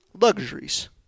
luxuries